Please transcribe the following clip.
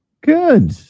Good